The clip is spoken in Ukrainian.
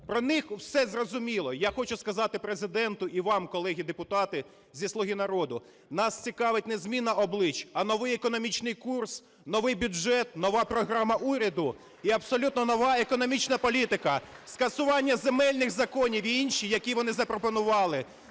Про них все зрозуміло. Я хочу сказати Президенту і вам, колеги депутати зі "Слуги народу". Нас цікавить не зміна облич, а новий економічний курс, новий бюджет, нова програма уряду і абсолютно нова економічна політика. Скасування земельних законів і інші, які вони запропонували.